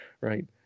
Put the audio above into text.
right